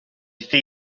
thŷ